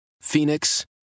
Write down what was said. Phoenix